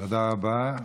תודה רבה.